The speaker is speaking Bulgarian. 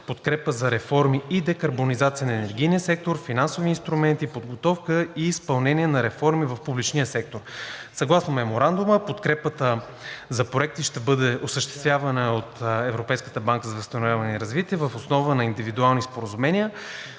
подкрепа за реформи и декарбонизация на енергийния сектор, финансови инструменти, подготовка и изпълнение на реформи в публичния сектор. Съгласно Меморандума подкрепата за проекти ще бъде осъществявана от Европейската банка за възстановяване и развитие въз основа на индивидуални споразумения,